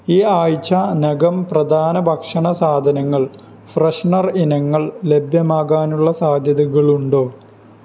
ഈ ആഴ്ചയ്ക്കകം പ്രധാന ഭക്ഷണ സാധനങ്ങൾ ഫ്രെഷ്നർ ഇനങ്ങൾ ലഭ്യമാകാനുള്ള സാധ്യതകളുണ്ടോ